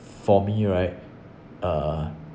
for me right uh